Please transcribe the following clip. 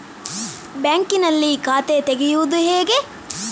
ಬ್ಯಾಂಕಿನಲ್ಲಿ ಖಾತೆ ತೆರೆಯುವುದು ಹೇಗೆ?